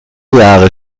jahre